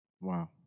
Wow